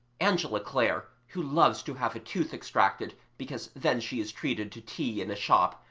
angela clare, who loves to have a tooth extracted because then she is treated to tea in a shop,